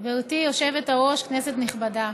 גברתי היושבת-ראש, כנסת נכבדה,